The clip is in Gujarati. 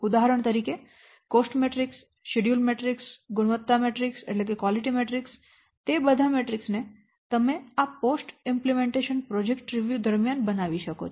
ઉદાહરણ તરીકે કિંમત મેટ્રિક્સ શેડ્યૂલ મેટ્રિક્સ ગુણવત્તા મેટ્રિક્સ તે બધા મેટ્રિક્સ ને તમે આ પોસ્ટ અમલીકરણ પ્રોજેક્ટ સમીક્ષા દરમિયાન બનાવી શકો છો